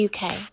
UK